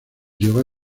llega